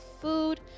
food